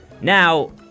Now